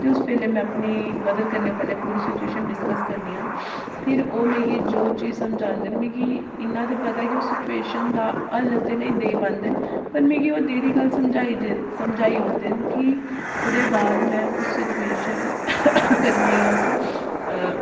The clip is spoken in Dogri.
ते उस बेल्लै में अपनी मदर कन्नै पूरी सिचुएशन डिसकस करनी आं फिर मिगी ओह् जो चीज़ समझादियां न ओह् मिगी इन्ना गै पता ऐ कि ओह् सिचुएशन दा हल्ल ते नीं देई पांदे न पर मिगी ओह् देरी गल्ल समझाई उडदे न ओह्दे बाद में उस सिचुएशन कन्नै